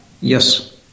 yes